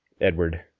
Edward